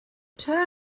چرا